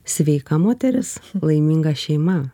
sveika moteris laiminga šeima